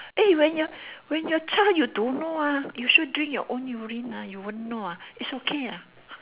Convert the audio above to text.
eh when you're when you're a child you don't know ah you sure drink your own urine ah you won't know ah it's okay ah